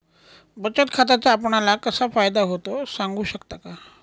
बचत खात्याचा आपणाला कसा फायदा होतो? सांगू शकता का?